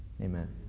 Amen